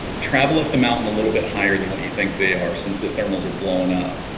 travel up the mountain a little bit higher than what you think they are since the thermals are blowing up